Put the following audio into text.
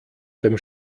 beim